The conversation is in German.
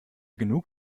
genug